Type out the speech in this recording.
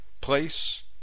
place